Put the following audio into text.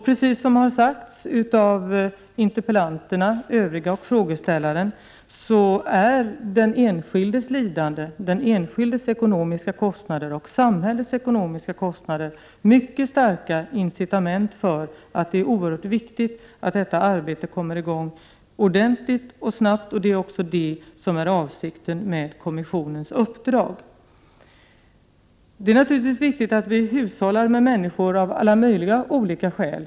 Precis som det har sagts av interpellanterna, frågeställaren och övriga, är den enskildes lidande och kostnader — och samhällets kostnader — mycket starka incitament, starka belägg för att det är oerhört viktigt att detta arbete kommer i gång ordentligt och snabbt, och det är också det som är avsikten med kommissionens uppdrag. Det är naturligtvis viktigt att vi hushållar med människor — av många olika skäl.